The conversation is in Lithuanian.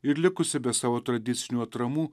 ir likusi be savo tradicinių atramų